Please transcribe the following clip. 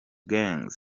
gangz